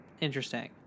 Interesting